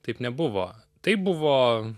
taip nebuvo tai buvo